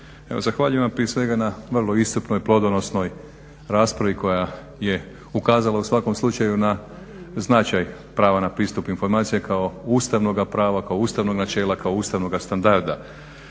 zahvaljujem vam prije svega na vrlo iscrpnoj, plodonosnoj raspravi koja je ukazala u svakom slučaju na značaj prava na pristup informacijama kao ustavnoga prava, kao ustavnog načela, kao ustavnoga standarda.